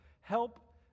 Help